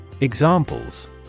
Examples